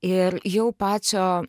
ir jau pačio